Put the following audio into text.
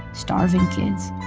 starving kids,